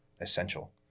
essential